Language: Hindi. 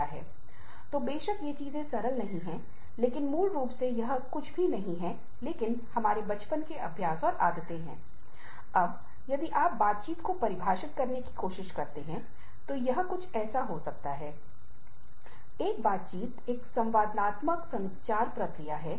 अब आईपैड लैपटॉप सेल फोन की मदद से ये व्यक्तियों को सीमाओं को पार करने के लिए सहायक उपकरण हैं